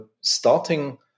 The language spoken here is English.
starting